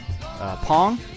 Pong